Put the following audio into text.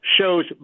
shows